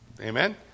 Amen